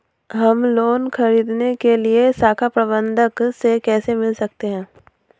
हम लोन ख़रीदने के लिए शाखा प्रबंधक से कैसे मिल सकते हैं?